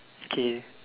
okay